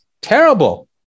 terrible